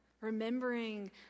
remembering